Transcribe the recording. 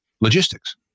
logistics